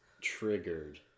triggered